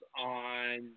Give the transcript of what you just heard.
on